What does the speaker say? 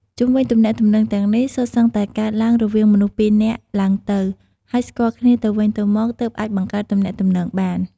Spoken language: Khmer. ជុំវិញទំនាក់ទំនងទាំងនេះសុទ្ធសឹងតែកើតឡើងរវាងមនុស្សពីរនាក់ឡើងទៅ ហើយស្គាល់គ្នាទៅវិញទៅមកទើបអាចបង្កើតទំនាក់ទំនងបាន។